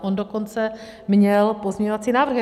On dokonce měl pozměňovací návrh.